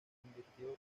convirtió